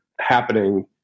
happening